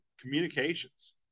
communications